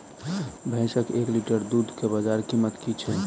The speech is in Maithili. भैंसक एक लीटर दुध केँ बजार कीमत की छै?